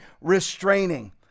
restraining